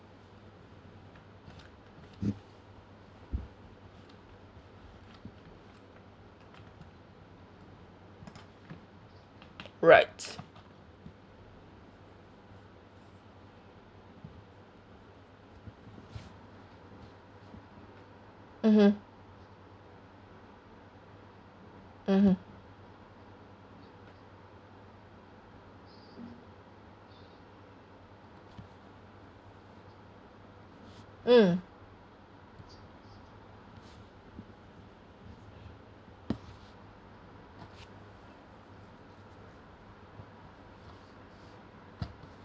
right mmhmm mmhmm mm